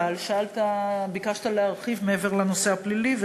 אבל שאלת ביקשת להרחיב מעבר לנושא הפלילי,